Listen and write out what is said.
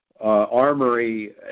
armory